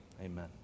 amen